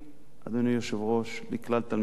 אדוני היושב-ראש, לכלל תלמידי ישראל,